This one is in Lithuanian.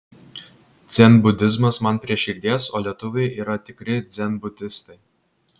dzenbudizmas man prie širdies o lietuviai yra tikri dzenbudistai